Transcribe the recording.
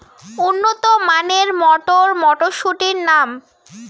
উন্নত মানের মটর মটরশুটির নাম?